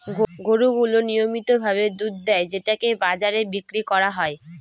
গরু গুলো নিয়মিত ভাবে দুধ দেয় যেটাকে বাজারে বিক্রি করা হয়